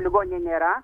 ligonio nėra